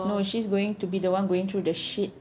no she's going to be the one going through the shit